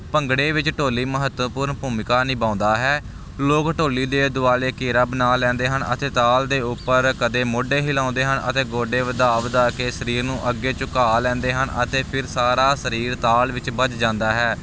ਭੰਗੜੇ ਵਿੱਚ ਢੋਲੀ ਮਹੱਤਵਪੂਰਨ ਭੂਮਿਕਾ ਨਿਭਾਉਂਦਾ ਹੈ ਲੋਕ ਢੋਲੀ ਦੇ ਦੁਆਲੇ ਘੇਰਾ ਬਣਾ ਲੈਂਦੇ ਹਨ ਅਤੇ ਤਾਲ ਦੇ ਉੱਪਰ ਕਦੇ ਮੋਢੇ ਹਿਲਾਉਂਦੇ ਹਨ ਅਤੇ ਗੋਡੇ ਵਧਾ ਵਧਾ ਕੇ ਸਰੀਰ ਨੂੰ ਅੱਗੇ ਝੁਕਾ ਲੈਂਦੇ ਹਨ ਅਤੇ ਫਿਰ ਸਾਰਾ ਸਰੀਰ ਤਾਲ ਵਿੱਚ ਬੱਝ ਜਾਂਦਾ ਹੈ